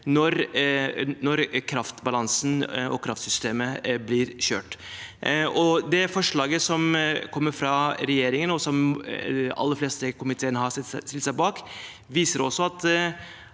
når kraftbalansen og kraftsystemet blir skjørt. Det forslaget som kommer fra regjeringen, og som de aller fleste i komiteen har stilt seg bak, viser også at